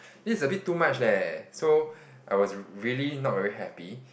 this is a bit too much leh so I was really not very happy